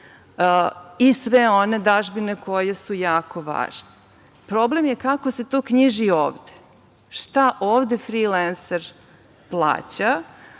i sve one dažbine koje su jako važne. Problem je kako se to knjiži ovde. Šta ovde frilenser plaća?